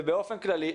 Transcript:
ובאופן כללי,